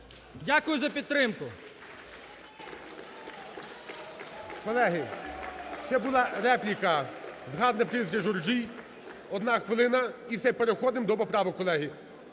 Дякую за підтримку.